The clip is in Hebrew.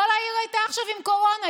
כל העיר הייתה עכשיו עם קורונה,